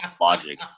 Logic